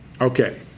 Okay